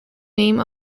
name